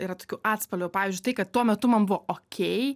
yra tokių atspalvių pavyzdžiui tai kad tuo metu man buvo okei